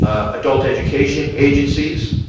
ah adult education agencies,